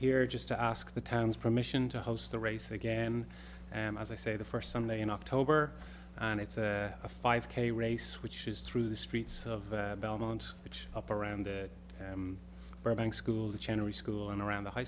here just to ask the town's permission to host the race again and as i say the first sunday in october and it's a five k race which is through the streets of belmont which up around burbank school the general school and around the high